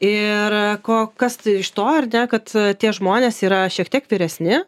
ir ko kas tai iš to ar ne kad tie žmonės yra šiek tiek vyresni